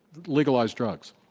legalize drugs.